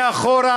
מאחור,